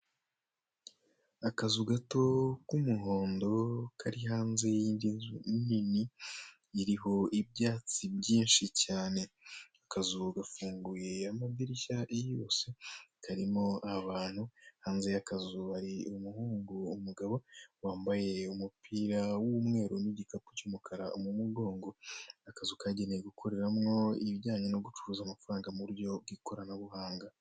Akazu gato k'umuhondo kari hanze y'indi nzu nini iriho ibyatsi byinshi cyane akazu gafunguye amadirishya yose karimo abantu hanze y'akazu hari umuhungu umugabo wambaye umupira w'umweru n'igikapu mu mugongo akazu kagenewe gukoreramo ibijyanye no gucuruza amafaranga mu buryo bw'ikoranabuhanga.